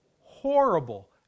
horrible